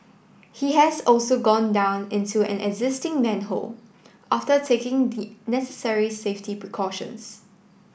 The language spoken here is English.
he has also gone down into an existing manhole after taking the necessary safety precautions